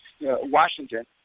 Washington